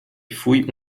fouilles